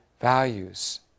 values